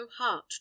heart